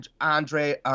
Andre